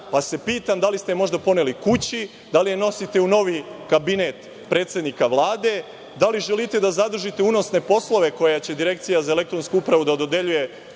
pa se pitam - da li ste možda poneli kući? Da li je nosite u novi kabinet predsednika Vlade? Da li želite da zadržite unosne poslove koje će Direkcija za elektronsku upravu da dodeljuje